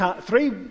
three